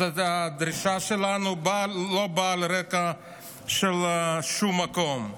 אז הדרישה שלנו לא באה משום מקום,